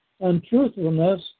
untruthfulness